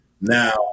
Now